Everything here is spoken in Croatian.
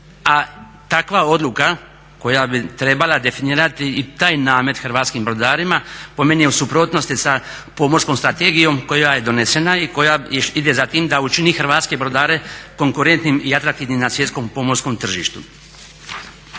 a takva odluka koja bi trebala definirati i taj namet hrvatskim brodarima po meni je u suprotnosti sa pomorskom strategijom koja je donesena i koja ide za tim da učini hrvatske brodare konkurentnim i atraktivnim na svjetskom pomorskom tržištu.